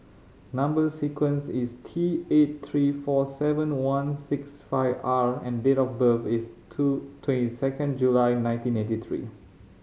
number sequence is T eight three four seven one six five R and date of birth is two twenty second July nineteen eighty three